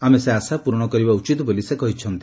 ଆମେ ସେ ଆଶା ପ୍ରରଣ କରିବା ଉଚିତ ବୋଲି ସେ କହିଛନ୍ତି